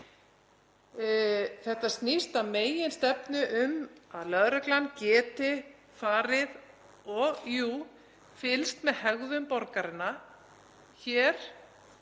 Þetta snýst að meginstefnu um að lögreglan geti farið og jú, fylgst með hegðun borgaranna